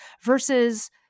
versus